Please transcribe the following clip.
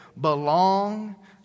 belong